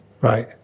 Right